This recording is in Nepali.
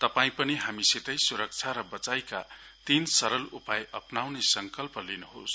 तपाईं पनि हामीसितै सुरक्षा र बचाईका तीन सरल उपाय अप्राउने संकल्प गर्नुहोस